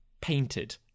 painted